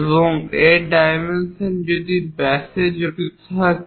এবং এর ডাইমেনশন যদি ব্যাস জড়িত থাকে